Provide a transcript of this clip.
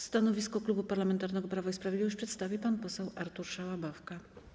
Stanowisko Klubu Parlamentarnego Prawo i Sprawiedliwość przedstawi pan poseł Artur Szałabawka.